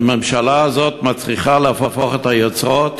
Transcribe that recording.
והממשלה הזאת מצליחה להפוך את היוצרות